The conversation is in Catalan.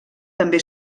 també